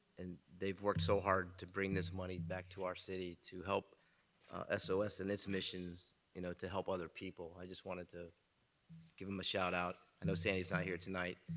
and they have worked so hard to bring this money back to our city to help s o s. and its missions you know to help other people. i just want to to give them a shout out. i know sandy isn't here tonight,